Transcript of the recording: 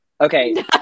Okay